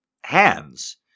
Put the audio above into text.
Hands